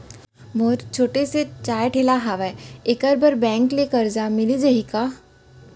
मोर छोटे से चाय ठेला हावे एखर बर बैंक ले करजा मिलिस जाही का?